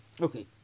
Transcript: Okay